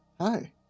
Hi